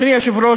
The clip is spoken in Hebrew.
אדוני היושב-ראש,